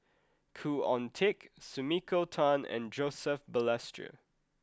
Khoo Oon Teik Sumiko Tan and Joseph Balestier